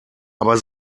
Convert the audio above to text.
aber